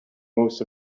most